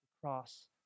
cross